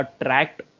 attract